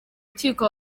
rukiko